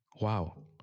wow